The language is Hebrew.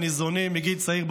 וניזונים מגיל צעיר,